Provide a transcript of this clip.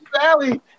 Valley